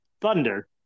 Thunder